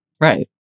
right